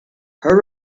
her